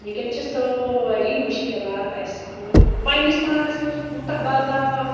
وٕنۍکٮ۪ن چھِ سٲری مُشکلات اَسہِ وُنہِ پنٛنِس پانَس منٛز کوٗتاہ بدلاو آو